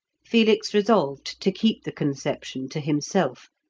felix resolved to keep the conception to himself,